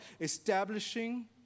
establishing